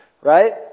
right